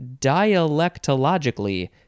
dialectologically